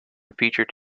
featured